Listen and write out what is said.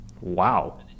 Wow